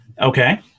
Okay